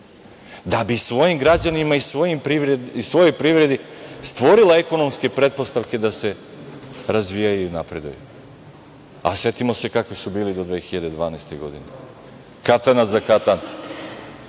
da bi svojim građanima i svojoj privredi stvorila ekonomske pretpostavke da se razvijaju i napreduju. Setimo se kako je bilo do 2012. godine. Katanac za katancem,